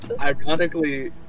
Ironically